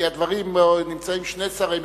כי נמצאים שני שרי משפטים,